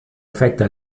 afecta